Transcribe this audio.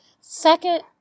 Second